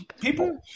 people